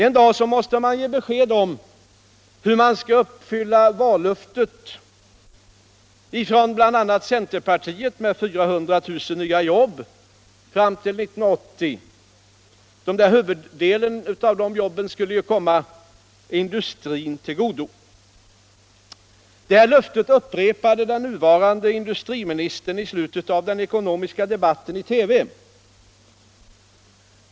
En dag måste man ge besked om hur man "skall uppfylla vallöftena, bl.a. centerpartiets löfte om 400 000 nya jobb fram till 1980. Huvuddelen av de jobben skulle ju komma industrin till godo. Detta löfte upprepade den nuvarande industriministern i slutet av den ekonomiska debatten i TV.